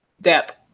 depth